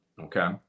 okay